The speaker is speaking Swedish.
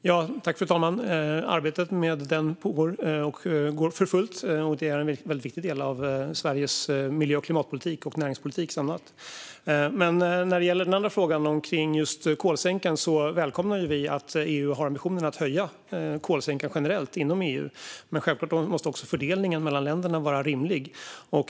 Fru talman! Arbetet med strategin pågår för fullt, och den är en viktig del av Sveriges miljö och klimatpolitik och näringspolitik. När det gäller frågan om kolsänkor välkomnar vi att EU har ambitionen att höja kolsänkor generellt inom EU, men självklart måste också fördelningen mellan länderna vara rimlig.